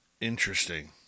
Interesting